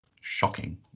Shocking